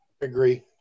Agree